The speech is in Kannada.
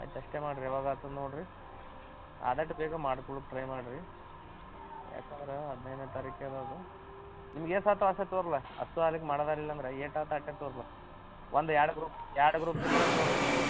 ಆಯ್ತು ಅಷ್ಟೇ ಮಾಡಿರಿ ಯಾವಾಗ ಆಗ್ತದ್ ನೋಡಿರಿ ಆದಷ್ಟ್ ಬೇಗ ಮಾಡ್ಕೊಳೋಕ್ಕೆ ಟ್ರೈ ಮಾಡಿರಿ ಯಾಕಂದ್ರೆ ಹದಿನೈದನೇ ತಾರೀಖೇ ಅದ ಅದು ನಿಮ್ಗೆ ಏಸು ಆಗ್ತವ್ ಅಷ್ಟೇ ತೊಗೊಳ್ರಲ್ಲ ಅಷ್ಟು ಮಾಡೋದ್ ಆಗಿಲ್ಲಾಂದ್ರೆ ಏಟ್ ಆತ ಅಷ್ಟೇ ತೋರಲ್ಲ ಒಂದು ಎರಡು ಗ್ರೂಪ್ ಎರಡು ಗ್ರೂಪಿಂದಾರೂ ತೋರಲ್ಲ